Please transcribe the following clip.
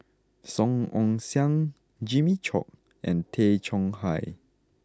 Song Ong Siang Jimmy Chok and Tay Chong Hai